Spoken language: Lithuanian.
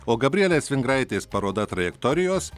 o gabrielės vingraitės paroda trajektorijos